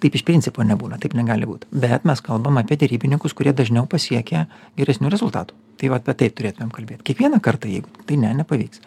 taip iš principo nebūna taip negali būt bet mes kalbam apie derybininkus kurie dažniau pasiekia geresnių rezultatų tai va apie tai turėtumėm kalbėt kiekvieną kartą jeigu tai ne nepavyks